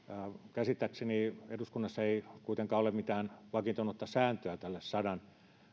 käsittääkseni eduskunnassa ei kuitenkaan ole mitään vakiintunutta sääntöä tälle sadan